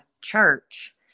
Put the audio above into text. church